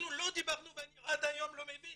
אנחנו לא דיברנו ועד היום אני לא מבין,